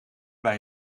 bij